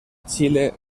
chile